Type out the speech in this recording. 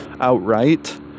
outright